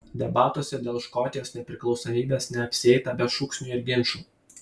debatuose dėl škotijos nepriklausomybės neapsieita be šūksnių ir ginčų